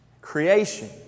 creation